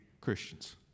Christians